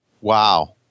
Wow